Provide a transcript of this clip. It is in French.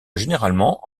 généralement